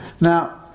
Now